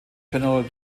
general